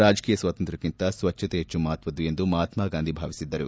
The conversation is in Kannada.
ರಾಜಕೀಯ ಸ್ವಾತಂತ್ರ್ಷಿಂತ ಸ್ವಚ್ಛತೆ ಹೆಚ್ಚು ಮಹತ್ವದ್ದು ಎಂದು ಮಹಾತ್ಮಾಗಾಂಧಿ ಭಾವಿಸಿದ್ದರು